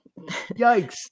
Yikes